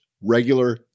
regular